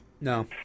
No